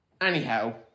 Anyhow